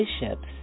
Bishops